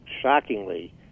shockingly